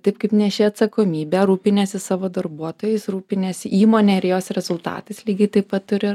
taip kaip neši atsakomybę rūpiniesi savo darbuotojais rūpiniesi įmone ir jos rezultatais lygiai taip pat turi